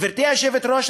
גברתי היושבת-ראש,